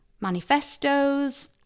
manifestos